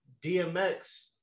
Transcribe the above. DMX